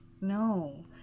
no